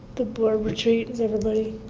the board retreat is everybody?